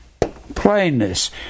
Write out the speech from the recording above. Plainness